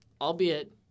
Albeit